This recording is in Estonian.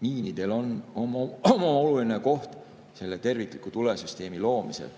miinidel on oma oluline koht tervikliku tulesüsteemi loomisel.